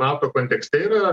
nato kontekste yra